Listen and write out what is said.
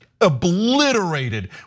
obliterated